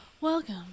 Welcome